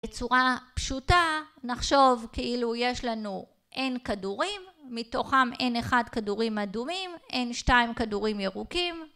בצורה פשוטה נחשוב כאילו יש לנו N כדורים, מתוכם N1 כדורים אדומים, N2 כדורים ירוקים.